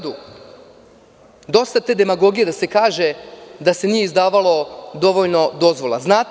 Dosta te demagogije da se kaže da se nije izdavalo dovoljno dozvola u Beogradu.